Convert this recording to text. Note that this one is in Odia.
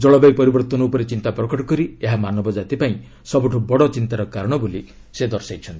ଜଳବାୟୁ ପରିବର୍ତ୍ତନ ଉପରେ ଚିନ୍ତା ପ୍ରକଟ କରି ଏହା ମାନବଜାତି ପାଇଁ ସବୁଠୁ ବଡ଼ ଚିନ୍ତାର କାରଣ ବୋଲି ସେ ଦର୍ଶାଇଛନ୍ତି